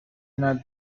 not